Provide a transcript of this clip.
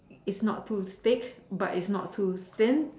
it it's not too thick but it's not too thin